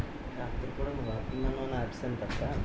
అవసరానికి డబ్బు వుండకపోవడంతో వడ్డీలకు డబ్బు వాడతారు